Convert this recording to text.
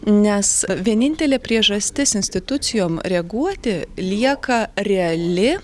nes vienintelė priežastis institucijom reaguoti lieka reali